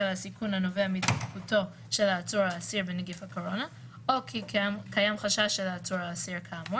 שהרבה פעמים מדובר בתקלה טכנית שהיא קצרה מאוד.